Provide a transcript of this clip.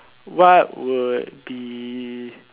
what would be